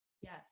Yes